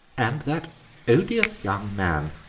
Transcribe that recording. and that odious young man,